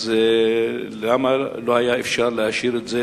אז למה לא היה אפשר להשאיר את זה,